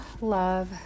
Love